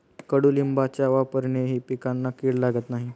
कडुलिंबाच्या वापरानेही पिकांना कीड लागत नाही